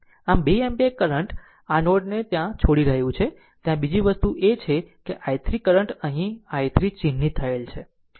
આમ આ 2 ampere current આ નોડ ને ત્યાં છોડી રહ્યું છે ત્યાં બીજી વસ્તુ એ છે કે i3 કરંટ આ છે કે અહીં i3 ચિહ્નિત થયેલ છે